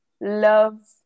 love